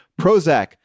Prozac